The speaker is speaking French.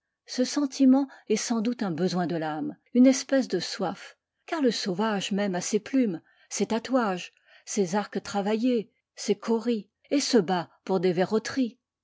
ce sentiment est sans doute un besoin de l'âme une espèce de soif car le sauvage même a ses plumes ses tatouages ses arcs travaillés ses cauris et se bat pour des verroteries